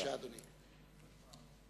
אדוני, בבקשה.